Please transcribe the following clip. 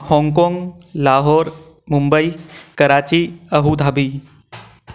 Hong Kong Lahore Mumbai Karachi Abu Dhabi